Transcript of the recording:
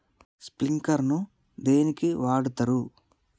Sprinkler ను దేనికి వాడుతరు?